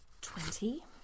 Twenty